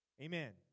Amen